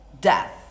death